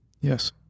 Yes